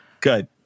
Good